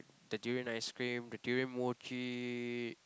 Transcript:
the durian ice cream the durian mochi